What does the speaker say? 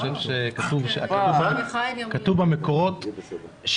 כתוב במקורות: